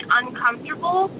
uncomfortable